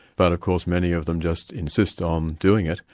but of course many of them just insist on doing it,